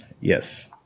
Yes